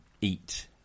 eat